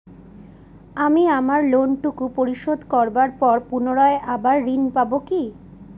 আমি আমার লোন টুকু পরিশোধ করবার পর পুনরায় আবার ঋণ পাবো কি?